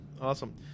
Awesome